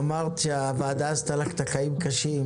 אמרת שהוועדה עשתה לך את החיים קשים,